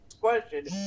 question